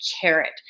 Carrot